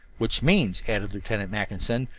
which, means, added lieutenant mackinson,